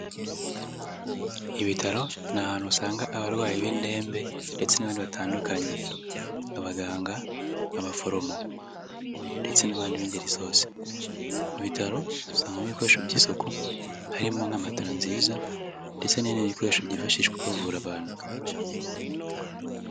Ibitaro ni ahantu usanga abarwayi b'indembe ndetse n'abandi batandukanye, abaganga abaforomo ndetse n'abandi b'ingeri zose, mu bitaro usangamo ibikoresho by'isuku harimo nka matara nziza ndetse n'ibindi bikoresho byifashishwa bavura abantu.